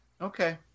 Okay